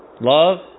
Love